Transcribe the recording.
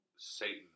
Satan